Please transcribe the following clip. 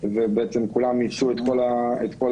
ואצל כולם מיצו את הטיולים,